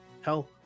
Hell